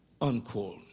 unquote